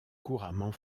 couramment